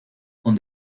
con